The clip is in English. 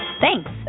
Thanks